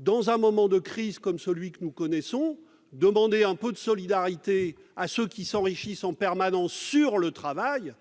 Dans un moment de crise comme celui que nous connaissons, demander un peu de solidarité à ceux qui s'enrichissent en permanence sur le travail,